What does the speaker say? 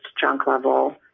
junk-level